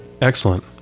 Excellent